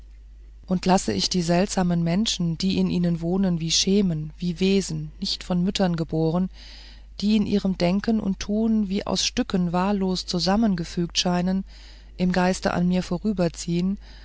und lasse ich die seltsamen menschen die in ihnen wohnen wie schemen wie wesen nicht von müttern geboren die in ihrem denken und tun wie aus stücken wahllos zusammengefügt scheinen im geiste an mir vorüberziehen